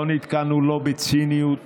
לא נתקלנו לא בציניות